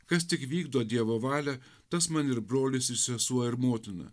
kas tik vykdo dievo valią tas man ir brolis sesuo ir motina